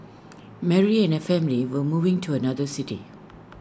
Mary and her family were moving to another city